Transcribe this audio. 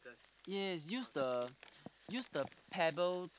yes use the use the pebble